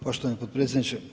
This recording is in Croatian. Poštovani potpredsjedniče.